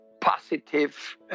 positive